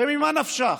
הרי ממה נפשך,